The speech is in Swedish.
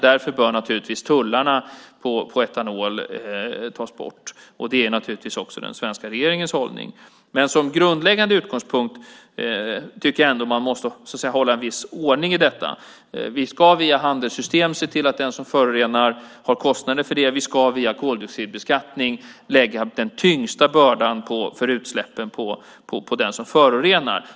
Därför bör tullarna på etanol tas bort. Det är naturligtvis den svenska regeringens hållning. Som grundläggande utgångspunkt måste man ändå hålla en viss ordning i detta. Vi ska via handelssystem se till att den som förorenar har kostnader för det. Vi ska via koldioxidbeskattning lägga den tyngsta bördan för utsläppen på den som förorenar.